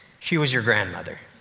she was your grandmother.